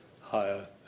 higher –